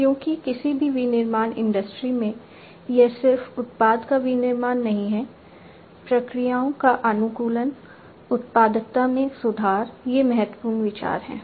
क्योंकि किसी भी विनिर्माण इंडस्ट्री में यह सिर्फ उत्पाद का विनिर्माण नहीं है प्रक्रियाओं का अनुकूलन उत्पादकता में सुधार ये महत्वपूर्ण विचार हैं